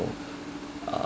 uh